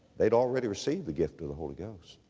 they'd already received the gift of the holy ghost.